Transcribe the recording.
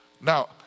Now